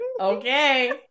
okay